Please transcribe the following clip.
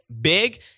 big